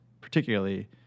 particularly